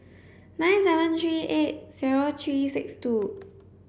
nine seven three eight zero three six two